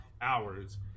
hours